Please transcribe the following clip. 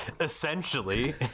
essentially